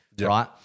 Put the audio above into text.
right